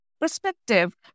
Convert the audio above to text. perspective